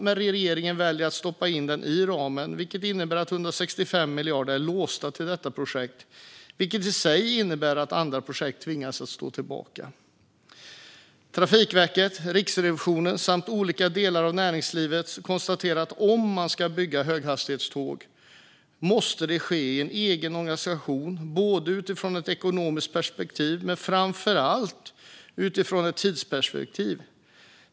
Men regeringen väljer att stoppa in det i ramen, vilket innebär att 165 miljarder är låsta till detta projekt, vilket i sin tur innebär att andra projekt tvingas stå tillbaka. Trafikverket, Riksrevisionen och olika delar av näringslivet konstaterar att om man ska bygga höghastighetståg måste det ske i en egen organisation, både utifrån ett ekonomiskt perspektiv och framför allt utifrån ett tidsperspektiv.